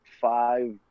five